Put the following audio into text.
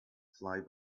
fly